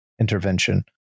intervention